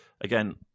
again